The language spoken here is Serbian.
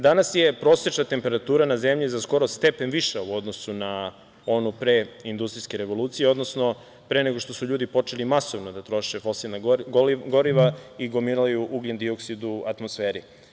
Danas je prosečna temperatura na zemlji za skoro stepen viša u odnosu na onu pre industrijske revolucije, odnosno pre nego što su ljudi počeli masovno da troše fosilna goriva i gomilaju ugljen-dioksid u atmosferi.